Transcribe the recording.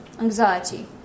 anxiety